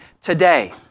today